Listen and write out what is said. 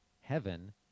heaven